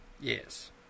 Yes